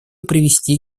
привести